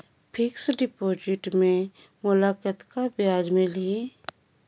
Fixed deposit मे मोला कतका ब्याज मिलही?